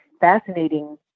fascinating